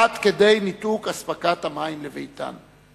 עד כדי ניתוק אספקת המים לביתן.